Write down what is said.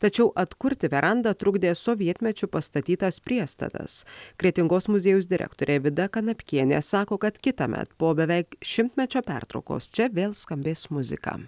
tačiau atkurti verandą trukdė sovietmečiu pastatytas priestatas kretingos muziejaus direktorė vida kanapkienė sako kad kitąmet po beveik šimtmečio pertraukos čia vėl skambės muzika